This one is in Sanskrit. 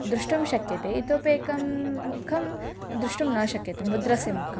द्रष्टुं शक्यते इतोप्येकं मुखं द्रष्टुं न शक्यते मुद्रायाः मुखम्